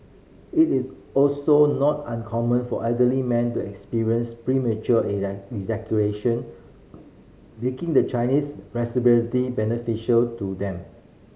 it is also not uncommon for elderly men to experience premature making the Chinese beneficial to them